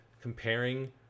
comparing